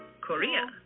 Korea